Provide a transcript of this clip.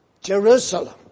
Jerusalem